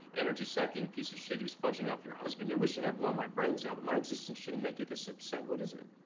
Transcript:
energy-sucking piece of shit who's sponging off your husband you're wishing i'd blow my brains out, but my existence shouldn't make you this upset. what is it?